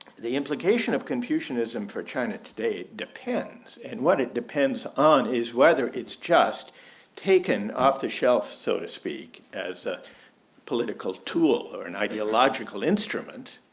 the implication of confucianism for china today depends and what it depends on is whether it's just taken off the shelf so to speak, as a political tool or an ideological instrument,